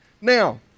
Now